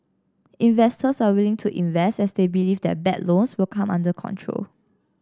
investors are willing to invest as they believe that bad loans will come under control